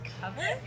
cover